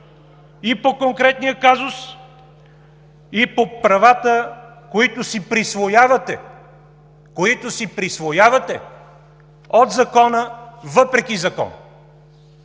и по конкретния казус, и по правата, които си присвоявате от закона, въпреки закона.